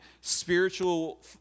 spiritual